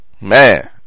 Man